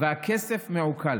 והכסף מעוקל.